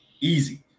easy